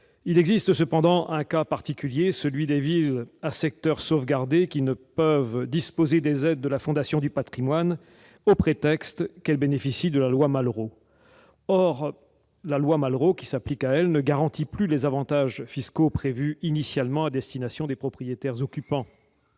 compte cependant d'un cas particulier : celui des villes à secteur sauvegardé, qui ne peuvent disposer des aides de la Fondation du patrimoine, au prétexte qu'elles bénéficient de la loi Malraux. Or cette loi ne garantit plus les avantages fiscaux prévus initialement à destination des propriétaires occupants.